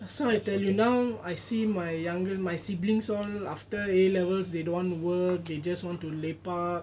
so I tell you now I see my younger my siblings all after A levels they don't want to work they just want to lepak